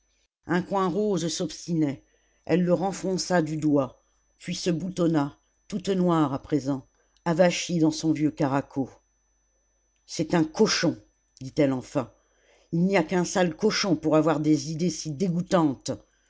un coin rose s'obstinait elle le renfonça du doigt puis se boutonna toute noire à présent avachie dans son vieux caraco c'est un cochon dit-elle enfin il n'y a qu'un sale cochon pour avoir des idées si dégoûtantes